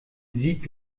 sieg